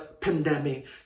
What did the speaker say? pandemic